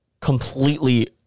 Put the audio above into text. completely